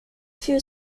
few